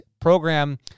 program